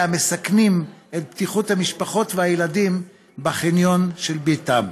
המסכנים את בטיחות המשפחות והילדים בחניון של ביתם.